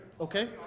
Okay